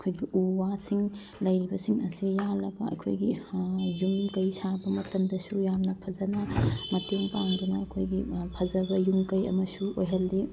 ꯑꯩꯈꯣꯏꯒꯤ ꯎ ꯋꯥꯁꯤꯡ ꯂꯩꯔꯤꯕꯁꯤꯡ ꯑꯁꯤ ꯌꯥꯜꯂꯒ ꯑꯩꯈꯣꯏꯒꯤ ꯌꯨꯝ ꯀꯩ ꯁꯥꯕ ꯃꯇꯝꯗꯁꯨ ꯌꯥꯝꯅ ꯐꯖꯅ ꯃꯇꯦꯡ ꯄꯥꯡꯗꯨꯅ ꯑꯩꯈꯣꯏꯒꯤ ꯐꯖꯕ ꯌꯨꯝ ꯀꯩ ꯑꯃꯁꯨ ꯑꯣꯏꯍꯜꯂꯤ